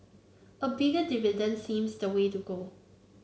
a bigger dividend seems the way to go